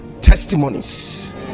testimonies